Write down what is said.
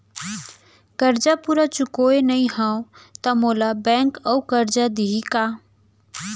करजा पूरा चुकोय नई हव त मोला बैंक अऊ करजा दिही का?